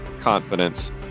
confidence